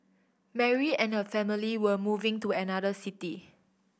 Mary and her family were moving to another city